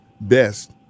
best